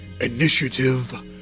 initiative